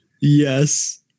Yes